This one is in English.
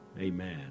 amen